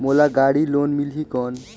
मोला गाड़ी लोन मिलही कौन?